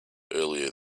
earlier